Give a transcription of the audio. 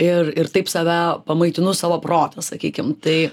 ir ir taip save pamaitinu savo protą sakykim tai